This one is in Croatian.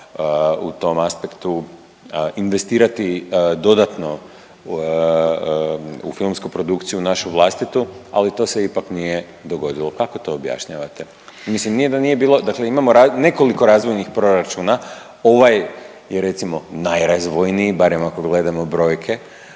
u tom aspektu, investirati dodatno u filmsku produkciju našu vlastitu ali to se ipak nije dogodilo. Kako to objašnjavate? Mislim nije da nije bilo, dakle imamo nekoliko razvojnih proračuna. Ovaj je recimo najrazvojniji barem ako gledamo brojke,